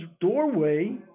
doorway